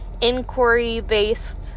inquiry-based